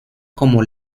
como